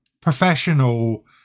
professional